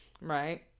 Right